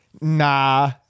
nah